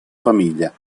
famiglia